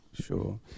Sure